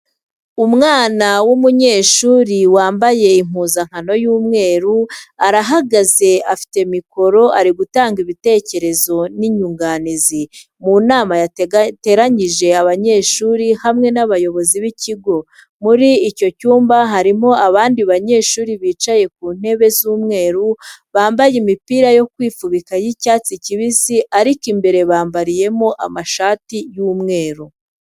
Umwana w'umunyeshuri wambaye impuzankano y'umweru, arahagaze afite mikoro ari gutanga ibitekerezo n'inyunganizi mu nama yateranyije abanyeshuri hamwe n'abayobozi b'ikigo. Muri icyo cyumba harimo abandi banyeshuri bicaye ku ntebe z'umweru, bambaye imipira yo kwifubika y'icyatsi kibisi ariko imbere bambariyemo amashati y'umweru.